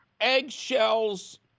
Eggshells